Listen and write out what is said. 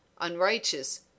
unrighteous